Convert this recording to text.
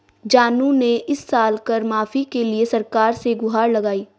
जानू ने इस साल कर माफी के लिए सरकार से गुहार लगाई